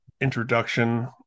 introduction